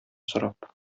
сорап